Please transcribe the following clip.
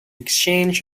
exchange